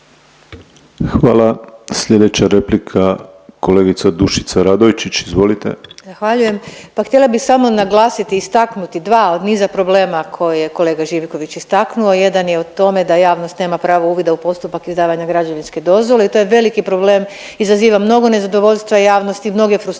Hvala. Sljedeća replika kolegica Dušica Radojčić, izvolite. **Radojčić, Dušica (Možemo!)** Zahvaljujem. Pa htjela bih samo naglasiti i istaknuti dva od niza problema koje je kolega Živković istaknuo. Jedan je o tome da javnost nema pravo uvida u postupak izdavanja građevinske dozvole i to je veliki problem, izaziva mnogo nezadovoljstva javnosti, mnoge frustracije